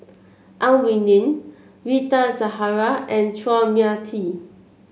Ang Wei Neng Rita Zahara and Chua Mia Tee